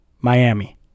Miami